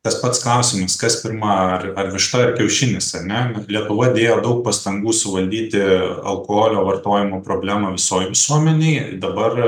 tas pats klausimas kas pirma ar višta ar kiaušinis ar ne lietuva dėjo daug pastangų suvaldyti alkoholio vartojimo problemą visoj visuomenėj dabar